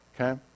okay